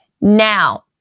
Now